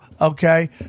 Okay